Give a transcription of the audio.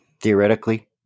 Theoretically